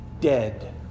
dead